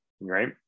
right